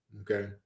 Okay